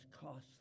costly